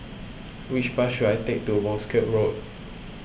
which bus should I take to Wolskel Road